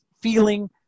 feeling